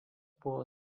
buvo